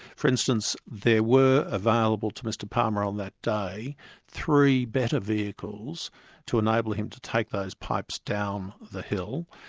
for instance there were available to mr palmer on that day three better vehicles to enable him to take those pipes down the hill.